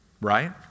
right